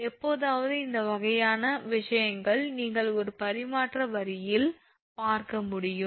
எப்போதாவது இந்த வகையான விஷயங்களை நீங்கள் ஒரு பரிமாற்ற வரியில் பார்க்க முடியும்